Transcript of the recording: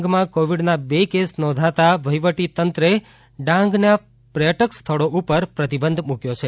ડાંગમાં કોવિડના બે કેસ નોંધાતા વહીવટીતંત્રે ડાંગના પર્યટક સ્થળો ઉપર પ્રતિબંધ મૂક્યો છે